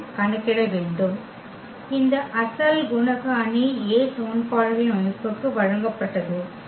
நாம் கணக்கிட வேண்டும் இந்த அசல் குணக அணி A சமன்பாடுகளின் அமைப்புக்கு வழங்கப்பட்டது